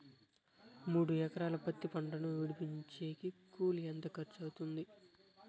మూడు ఎకరాలు పత్తి పంటను విడిపించేకి కూలి ఎంత ఖర్చు అవుతుంది?